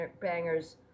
bangers